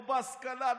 לא בהשכלה,